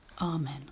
Amen